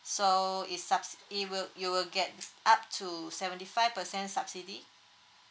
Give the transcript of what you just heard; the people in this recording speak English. so is subs~ it will it will get up to seventy five percent subsidy